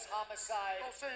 Homicide